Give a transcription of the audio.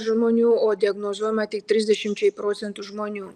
žmonių o diagnozuojama tik trisdešimčiai procentų žmonių